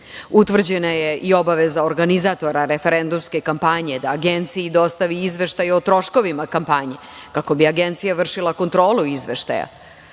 je i obaveza organizatora referendumske kampanje da Agenciji dostavi izveštaj o troškovima kampanje kako bi Agencija vršila kontrolu izveštaja.